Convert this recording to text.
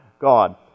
God